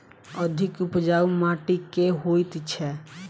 अधिक उपजाउ माटि केँ होइ छै?